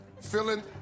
Feeling